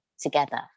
together